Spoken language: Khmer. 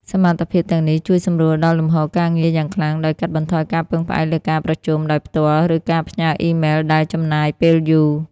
សមត្ថភាពទាំងនេះ ជួយសម្រួលដល់លំហូរការងារ យ៉ាងខ្លាំង ដោយកាត់បន្ថយការពឹងផ្អែកលើការប្រជុំដោយផ្ទាល់ ឬការផ្ញើអ៊ីមែលដែលចំណាយពេលយូរ។